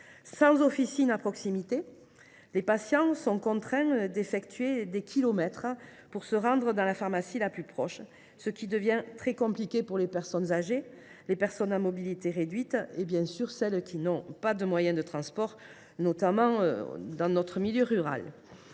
Sans officine à proximité, les patients sont contraints d’effectuer des kilomètres pour se rendre dans la pharmacie la plus proche, ce qui devient très compliqué pour les personnes âgées, les personnes à mobilité réduite et celles qui n’ont pas de moyen de transport, notamment en milieu rural.